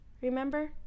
remember